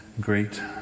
great